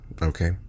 Okay